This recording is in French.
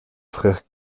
frère